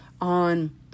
on